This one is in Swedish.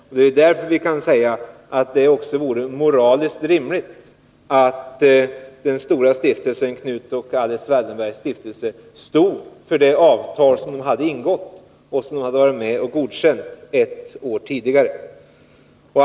Och det är därför vi kan säga att det också vore moraliskt rimligt att den stora stiftelsen, Knut och Alice Wallenbergs stiftelse, stod för det avtal som hade ingåtts och som man hade varit med om att godkänna ett år tidigare.